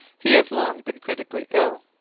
he has long been critically ill.